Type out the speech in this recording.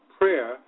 prayer